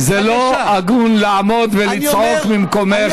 גברתי השרה, זה לא הגון לעמוד ולצעוק ממקומך.